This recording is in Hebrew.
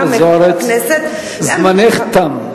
זמנך תם.